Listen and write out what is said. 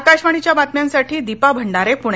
आकाशवाणी बातम्यांसाठी दीपा भंडारे प्णे